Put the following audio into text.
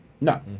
No